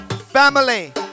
Family